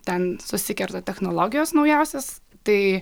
ten susikerta technologijos naujausios tai